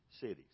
cities